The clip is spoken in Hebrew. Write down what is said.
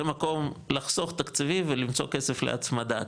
זה מקום לחסוך תקציבים ולמצוא כסף להצמדה,